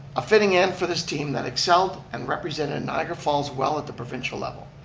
a fitting end for this team that excelled and represented niagara falls well at the provincial level.